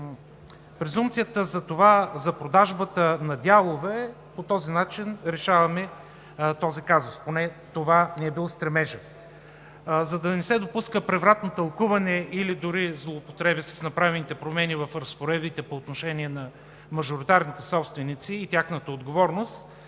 за това – за продажбата на дялове, по този начин решаваме този казус. Поне това ни е бил стремежът. За да не се допуска превратно тълкуване или дори злоупотреби с направените промени в разпоредбите по отношение на мажоритарните собственици и тяхната отговорност,